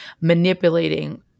manipulating